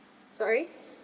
sorry